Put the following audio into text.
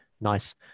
nice